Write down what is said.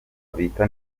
bita